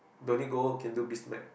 don't need go can do biz mag